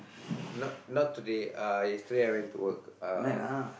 not not today uh yesterday I went to work uh